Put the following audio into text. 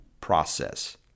process